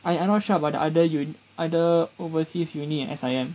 I not sure about the other U~ other overseas uni at S_I_M